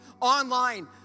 Online